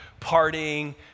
partying